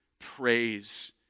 praise